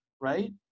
right